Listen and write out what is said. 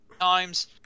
times